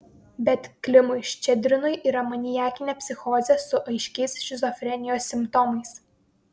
bet klimui ščedrinui yra maniakinė psichozė su aiškiais šizofrenijos simptomais